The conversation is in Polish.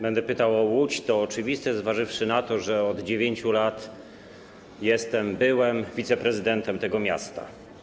Będę pytał o Łódź, to oczywiste, zważywszy na to, że od 9 lat jestem... byłem wiceprezydentem tego miasta.